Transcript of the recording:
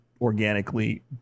organically